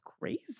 crazy